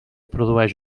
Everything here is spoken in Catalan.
produeix